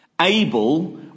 Abel